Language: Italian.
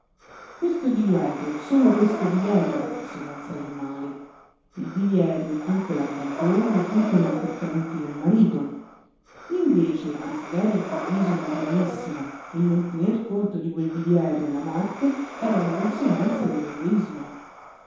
questo divieto solo questo divieto era conseguenza del male il divieto e dunque l'abbandono e dunque i maltrattamenti del marito invece il desiderio improvviso e naturalissimo il non tener conto di quel divieto e la morte erano conseguenza